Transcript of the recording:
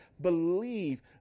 Believe